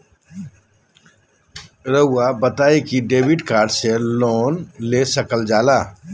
रहुआ बताइं कि डेबिट कार्ड से लोन ले सकल जाला?